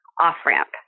off-ramp